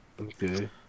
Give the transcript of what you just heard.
Okay